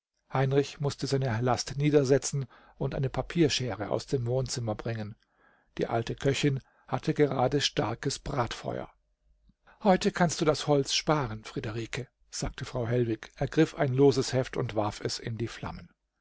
heinrich mußte seine last niedersetzen und eine papierschere aus dem wohnzimmer bringen die alte köchin hatte gerade starkes bratfeuer heute kannst du das holz sparen friederike sagte frau hellwig ergriff ein loses heft und warf es in die flammen